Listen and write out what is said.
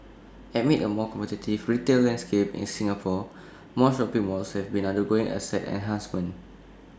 amid A more competitive retail landscape in Singapore more shopping malls have been undergoing asset enhancements